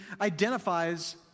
identifies